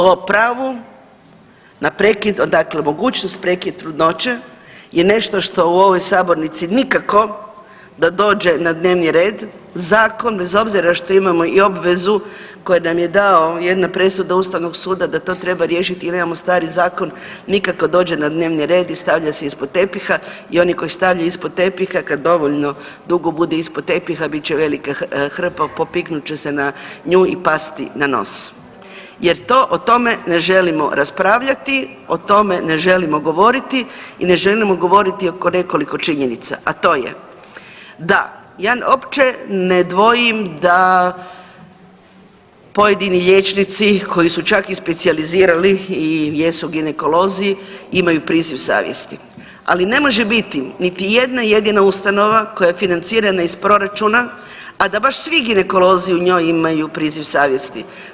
O pravu na prekid, dakle mogućnost prekid trudnoće je nešto što u ovoj sabornici nikako da dođe na dnevni red zakon bez obzira što imamo i obvezu koju nam je dao jedna presuda ustavnog suda da to treba riješit jer imamo stari zakon, nikako da dođe na dnevni red i stavlja se ispod tepiha i oni koji stavljaju ispod tepiha kad dovoljno dugo bude ispod tepiha bit će velike hrpa, popiknut će se na nju i pasti na nos jer to, o tome ne želimo raspravljati, o tome ne želimo govoriti i ne želimo govoriti oko nekoliko činjenica, a to je da ja uopće ne dvojim da pojedini liječnici koji su čak i specijalizirali i jesu ginekolozi imaju priziv savjesti, ali ne može biti niti jedna jedina ustanova koja je financirana iz proračuna, a da baš svi ginekolozi u njoj imaju priziv savjesti.